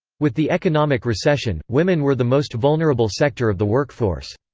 with the economic recession, women were the most vulnerable sector of the workforce.